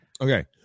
Okay